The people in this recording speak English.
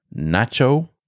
Nacho